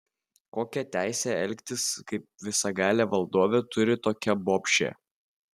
kokią teisę elgtis kaip visagalė valdovė turi tokia bobšė